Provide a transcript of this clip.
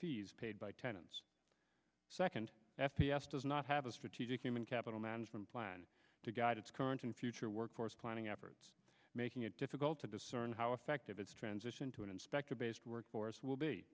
fees paid by tenants second f p s does not have a strategic human capital management plan to guide its current and future workforce planning efforts making it difficult to discern how effective its transition to an inspector based workforce will be